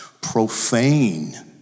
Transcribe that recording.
profane